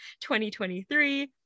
2023